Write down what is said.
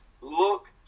look